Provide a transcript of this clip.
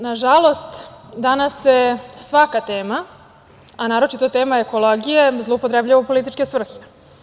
Nažalost, danas se svaka tema, a naročito tema ekologije zloupotrebljava u političke svrhe.